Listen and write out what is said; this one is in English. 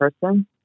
person